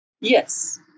Yes